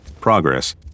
progress